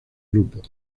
grupo